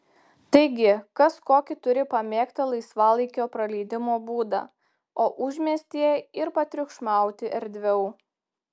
taigi kas kokį turi pamėgtą laisvalaikio praleidimo būdą o užmiestyje ir patriukšmauti erdviau